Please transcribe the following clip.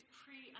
pre